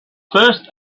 first